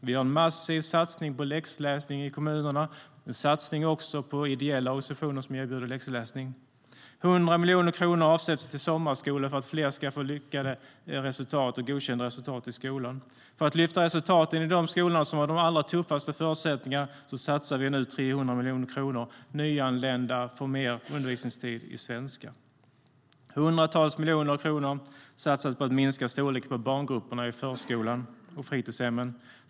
Vi gör en massiv satsning på läxläsning i kommunerna och också en satsning på ideella organisationer som erbjuder läxläsning. Hundratals miljoner kronor satsas på att minska storleken på barngrupperna i förskolan och på fritidshemmen.